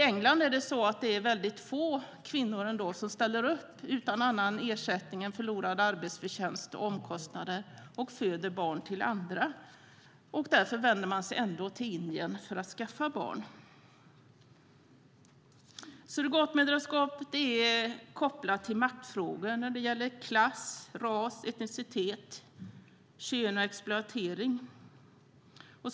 I England är det väldigt få kvinnor som ställer upp och föder barn åt andra utan annan ersättning än förlorad arbetsförtjänst och omkostnader. Därför vänder man sig ändå till Indien för att skaffa barn. Surrogatmoderskap är kopplat till maktfrågor när det gäller klass, ras, etnicitet, kön och exploatering.